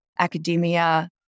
academia